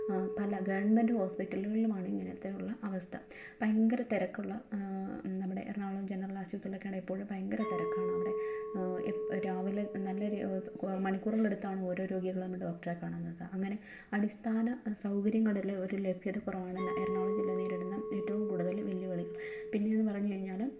പല ഗെവൺമെൻട് ഹോസ്പിറ്റലുകളിലുമാണ് ഇങ്ങനത്തെയുള്ള അവസ്ഥ ഭയങ്കര തിരക്കുള്ള നമ്മുടെ എറണാകുളം ജെനറൽ ആശുപത്രിയിലൊക്കെ ആണെൽ എപ്പോളും ഭയങ്കര തിരക്കാണവിടെ രാവിലെ നല്ല ഓ മണിക്കൂറുകൾ എടുത്താണ് ഓരോ രോഗികളും ഡോക്ടറെ കാണുന്നത് അങ്ങനെ അടിസ്ഥാന സൗകര്യങ്ങളുടെ ഒര് ലഭ്യതക്കുറവാണ് എറണാകുളം ജില്ല നേരിടുന്ന ഏറ്റവും കൂടുതൽ വെല്ലുവിളി പിന്നേന്ന് പറഞ്ഞ് കഴിഞ്ഞാല്